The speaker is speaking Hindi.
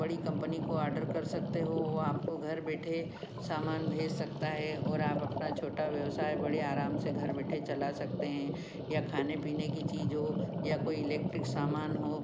बड़ी कंपनी को औडर कर सकते हो वो आपको घर बैठे समान भेज सकता है और आप अपना छोटा व्यवसाय बड़े आराम से घर बैठे चला सकते हैं या खाने पीने की चीज हो या कोई इलेक्ट्रिक सामान हो